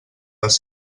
les